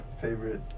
favorite